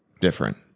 different